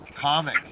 Comic